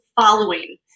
following